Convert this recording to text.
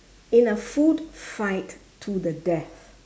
in a food fight to the death